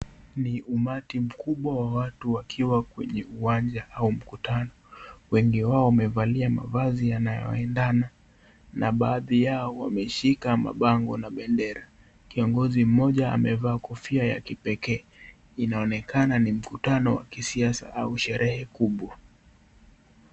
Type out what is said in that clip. Ni umati mkubwa wa watu wakiwa kwenye uwanja au mkutano wengi wao wamevalia mavazi yanayoendana na baadhi wameshika mabango na bendera kiongozi mmoja amevaa kofia ya kipekee inaonekana ni mkutano wa kisiasa au sherehe kubwa.